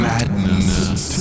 Madness